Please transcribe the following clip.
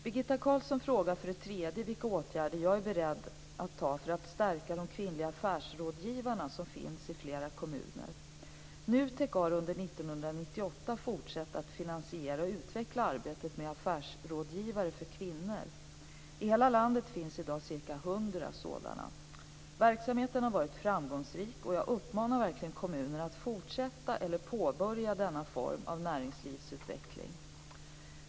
Birgitta Carlsson frågar för det tredje vilka åtgärder jag är beredd att vidta för att stärka de kvinnliga affärsrådgivarna som finns i flera kommuner. NU TEK har under 1998 fortsatt att finansiera och utveckla arbetet med affärsrådgivare för kvinnor. I hela landet finns i dag ca 100 sådana. Verksamheten har varit framgångsrik, och jag uppmanar verkligen kommunerna att fortsätta eller påbörja denna form av näringslivsutveckling.